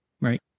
Right